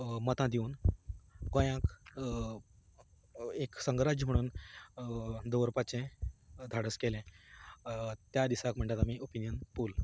मतां दिवन गोंयाक एक संगराज्य म्हणून दवरपाचें धाडस केलें त्या दिसाक म्हणटात आमी ओपिनियन पोल